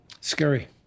Scary